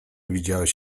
widziałeś